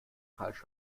falsch